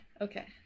Okay